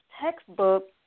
textbook